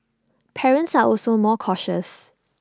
parents are also more cautious